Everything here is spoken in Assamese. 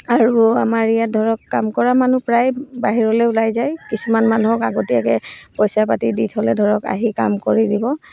আৰু আমাৰ ইয়াত ধৰক কাম কৰা মানুহ প্ৰায় বাহিৰলৈ ওলাই যায় কিছুমান মানুহক আগতীয়াকৈ পইচা পাতি দি থ'লে ধৰক আহি কাম কৰি দিব